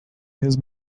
his